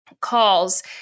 calls